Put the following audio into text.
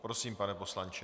Prosím, pane poslanče.